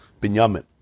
Binyamin